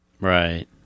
Right